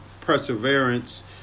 perseverance